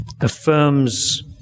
affirms